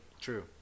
True